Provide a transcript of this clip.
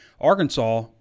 Arkansas